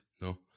no